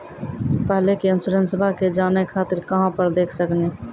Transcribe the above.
पहले के इंश्योरेंसबा के जाने खातिर कहां पर देख सकनी?